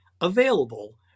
available